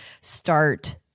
start